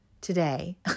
today